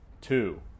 Two